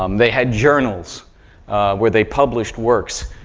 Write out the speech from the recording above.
um they had journals where they published works.